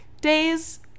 days